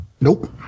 Nope